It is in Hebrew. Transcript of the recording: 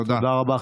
תודה רבה.